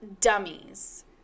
Dummies